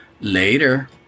Later